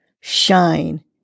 shine